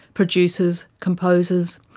producers, composers,